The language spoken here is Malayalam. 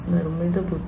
നിർമ്മിത ബുദ്ധി